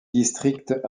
districts